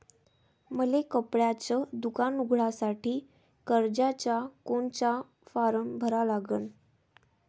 मले कपड्याच दुकान उघडासाठी कर्जाचा कोनचा फारम भरा लागन?